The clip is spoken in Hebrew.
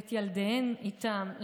ואת ילדיהן איתן,